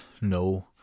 No